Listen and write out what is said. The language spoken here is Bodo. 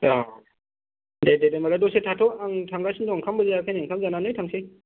औ दे दे दे होनबालाय दसे थाथ' आं थांगासिनो दं ओंखामबो जायाखै नै ओंखाम जानानै थांनोसै